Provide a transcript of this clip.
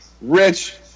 Rich